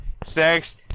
Thanks